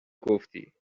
گفتی